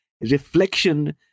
reflection